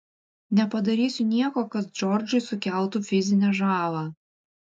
nepadarysiu nieko kas džordžui sukeltų fizinę žalą